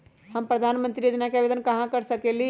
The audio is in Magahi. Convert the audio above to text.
हम प्रधानमंत्री योजना के आवेदन कहा से कर सकेली?